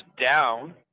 down